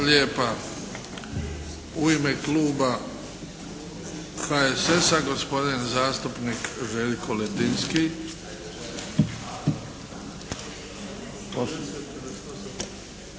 lijepa. U ime kluba HSS-a, gospodin zastupnik Željko Ledinski.